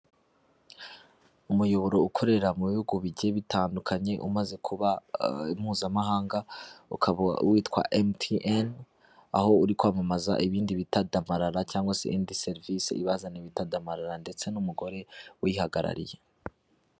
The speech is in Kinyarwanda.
Umuyoboro ukorera mu bihugu bigiye bitandukanye, umaze kuba mpuzamahanga, ukaba witwa emutiyeni, aho uri kwamamaza ibindi bita damarara cyangwa se indi serivise ibazaniye bita damarara ndetse n'umugore uyihagarariye.